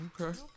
okay